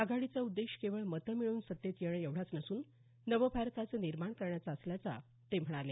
आघाडीचा उद्देश केवळ मतं मिळवून सत्तेत येणं एवढाच नसून नवभारताचं निर्माण करण्याचा असल्याचं ते म्हणाले